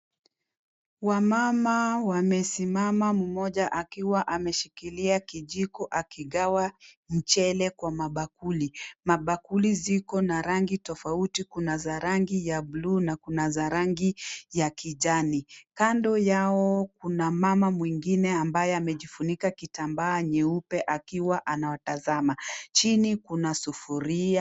Wamama wamesimama mmoja akiwa ameshikilia kijiko akigawa mchele kwa mabakuli. Mabakuli ziko na rangi tofauti ,kuna za rangi ya bluu na kuna za rangi ya kijani ,kando yao kuna mama mwingine ambaye amejifunika kitambaa nyeupe akiwa anawatazama, chini kuna sufuria.